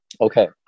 Okay